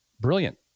brilliant